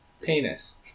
Penis